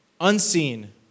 unseen